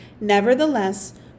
Nevertheless